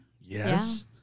Yes